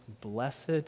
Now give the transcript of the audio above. blessed